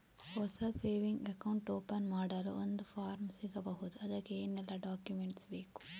ಹೊಸ saving account open ಮಾಡಲು ಒಂದು ಫಾರ್ಮ್ ಸಿಗಬಹುದು? ಅದಕ್ಕೆ ಏನೆಲ್ಲಾ ಡಾಕ್ಯುಮೆಂಟ್ಸ್ ಬೇಕು?